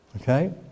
Okay